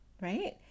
Right